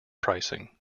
pricing